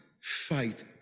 fight